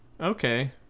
Okay